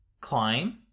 climb